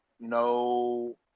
No